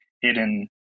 hidden